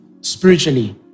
spiritually